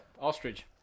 ostrich